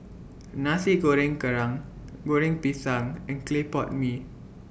Nasi Goreng Kerang Goreng Pisang and Clay Pot Mee